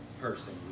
person